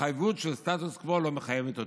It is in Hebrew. ההתחייבות של הסטטוס קוו לא מחייבת אותי.